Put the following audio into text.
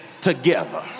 together